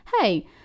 hey